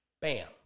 Bam